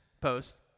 post